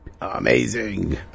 amazing